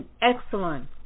excellent